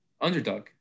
underdog